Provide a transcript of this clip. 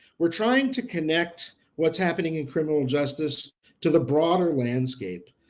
we're trying to connect, what's happening in criminal justice to the broader landscape.